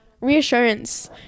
reassurance